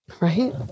Right